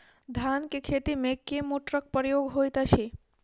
धान केँ खेती मे केँ मोटरक प्रयोग होइत अछि?